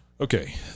Okay